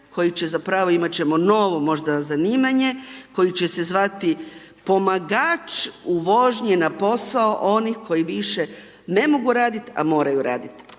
koji će zapravo, imati ćemo novo možda zanimanje, koje će se zvati pomagač u vožnji na posao onih koji više ne mogu raditi a moraju raditi.